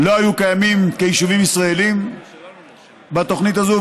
לא היו קיימים כיישובים ישראליים בתוכנית הזו,